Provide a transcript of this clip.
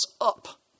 up